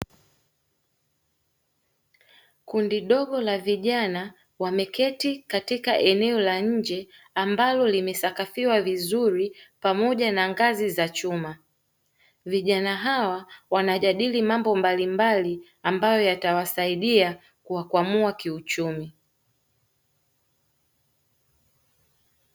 Kundi dogo la vijana wameketi katika eneo la nje ambalo limesakafiwa vizuri pamoja na ngazi za chuma, vijana hawa wanajadili mambo mbalimbali ambayo yatawasaidia kuwakwamua kiuchumi.